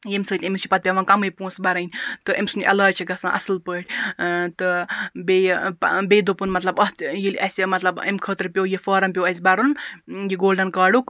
ییٚمہِ سۭتۍ امِس چھ پَتہٕ پیٚوان کمے پونٛسہٕ بَرٕن تہٕ امہ سُنٛد علاج چھُ گَژھان اصل پٲٹھۍ تہٕ بیٚیہِ بیٚیہِ دوٚپُن مَطلَب اتھ ییٚلہِ اَسہِ مَطلَب امہِ خٲطرٕ پیو اَسہِ یہِ فارَم پیٚو اَسہِ بَرُن یہِ گولڈَن کاڈُک